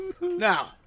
Now